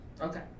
Okay